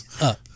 up